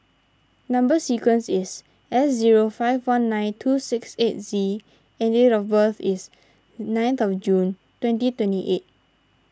Number Sequence is S zero five one nine two six eight Z and date of birth is ninth of June twenty twenty eight